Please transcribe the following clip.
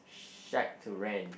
shack to rent